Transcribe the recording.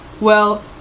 Well